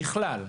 בכלל.